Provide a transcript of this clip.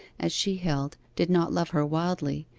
as she held, did not love her wildly,